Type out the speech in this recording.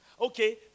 Okay